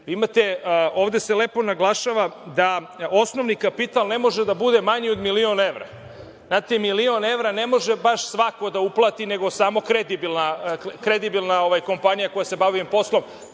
ovde se lepo naglašava da osnovni kapital ne može da bude manji od milion evra. Znate, milion evra ne može baš svako da uplati, nego samo kredibilna kompanija koja se bavi ovim